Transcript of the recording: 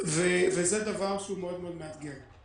זה דבר שהוא מאוד מאתגר.